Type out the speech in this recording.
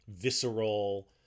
visceral